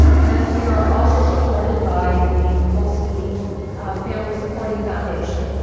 and we are also supported by the polsky family supporting foundation.